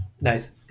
Nice